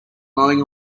mowing